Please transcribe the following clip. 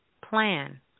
plan